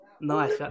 Nice